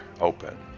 open